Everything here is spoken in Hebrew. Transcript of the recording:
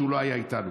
שלא היה איתנו.